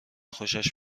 خوشش